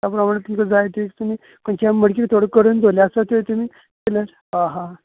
त्या प्रमाणें तुमका जाय ती तुमी खंयच्या मडकी थोड्यो करून दवरलेली आसा त्यो तुमी हां हां